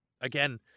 again